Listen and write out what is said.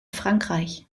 frankreich